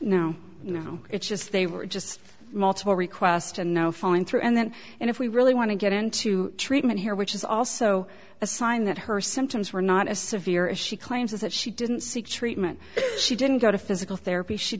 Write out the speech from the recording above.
know it's just they were just multiple requests to know falling through and then and if we really want to get into treatment here which is also a sign that her symptoms were not as severe as she claims is that she didn't seek treatment she didn't go to physical therapy she